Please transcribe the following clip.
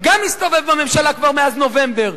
גם מסתובב בממשלה כבר מאז נובמבר.